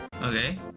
Okay